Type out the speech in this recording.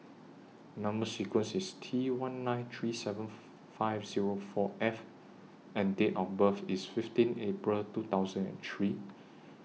Number sequence IS T one nine three seven five Zero four F and Date of birth IS fifteen April two thousand and three